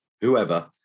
whoever